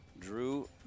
Drew